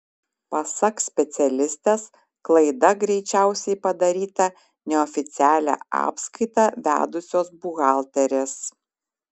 pasak specialistės klaida greičiausiai padaryta neoficialią apskaitą vedusios buhalterės